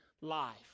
life